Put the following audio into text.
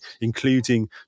including